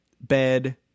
bed